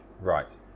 Right